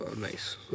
nice